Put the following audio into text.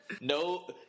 no